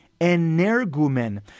energumen